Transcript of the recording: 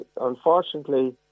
unfortunately